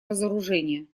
разоружение